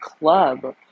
club